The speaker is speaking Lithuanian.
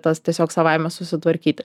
tas tiesiog savaime susitvarkyti